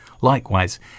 Likewise